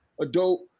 adult